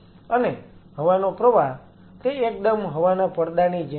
અને હવાનો પ્રવાહ તે એકદમ હવાના પડદાની જેમ છે